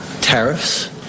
tariffs